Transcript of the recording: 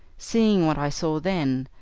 seeing what i saw then,